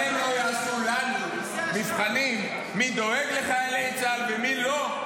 אבל הם לא יעשו לנו מבחנים מי דואג לחיילי צה"ל ומי לא,